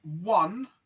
one